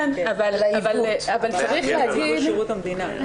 אבל את מנציבות שירות המדינה.